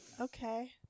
Okay